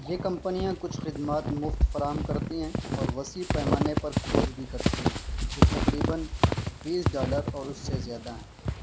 یہ کمپنیاں کچھ خدمات مفت فراہم کرتی ہیں اور وسیع پیمانے پر کھوج بھی کرتی ہیں جو تقریباً بیس ڈالر اور اس سے زیادہ ہیں